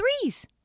threes